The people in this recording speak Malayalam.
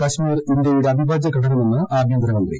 കാശ്മീർ ഇന്തൃയുടെ അവിഭാജ്യ ഘടകമെന്ന് ആഭ്യന്തരമന്ത്രി